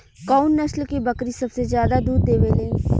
कउन नस्ल के बकरी सबसे ज्यादा दूध देवे लें?